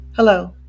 Hello